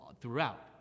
throughout